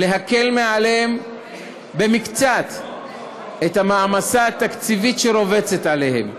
להקל עליהם במקצת את המעמסה התקציבית שרובצת עליהם,